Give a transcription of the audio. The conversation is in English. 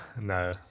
no